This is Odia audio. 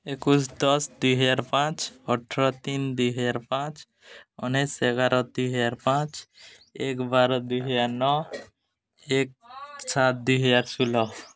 ଏକୋଇଶି ଦଶ ଦୁଇହାର ପାଞ୍ଚ ଅଠର ତିନି ଦୁଇହଜାର ପାଞ୍ଚ ଉଣେଇଶି ଏଗାର ଦୁଇହାର ପାଞ୍ଚ ଏକ ବାର ଦୁଇହଜାର ନଅ ଏକ ସାତ ଦୁଇହଜାର ଷୋହଳ